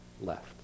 left